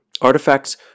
Artifacts